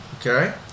Okay